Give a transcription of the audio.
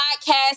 podcast